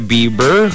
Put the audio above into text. Bieber